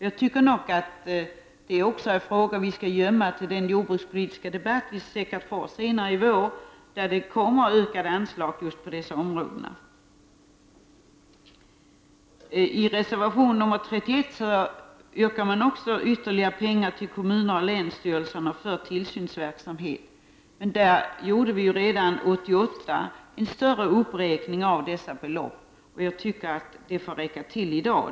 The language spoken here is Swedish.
Jag tycker att det också är frågor som vi skall gömma till den jordbrukspolitiska debatt vi säkert får senare i vår, där vi kommer att få behandla förslag om ökade anslag på just dessa områden. I reservation 31 yrkas på mera pengar till kommuner och länsstyrelser för tillsynsverksamhet. Vi gjorde redan 1988 en större uppräkning av dessa belopp, och jag tycker att det får räcka till även i dag.